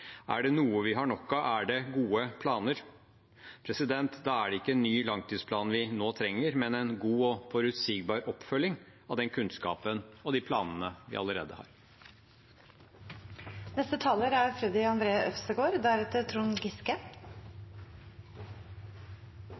Er det noe vi har nok av, er det gode planer. Da er det ikke en ny langtidsplan vi nå trenger, men en god og forutsigbar oppfølging av den kunnskapen og de planene vi allerede har.